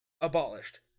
abolished